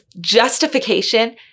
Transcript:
justification